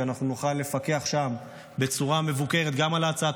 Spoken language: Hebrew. שאנחנו נוכל לפקח שם בצורה מבוקרת גם על הצעת